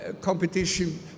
competition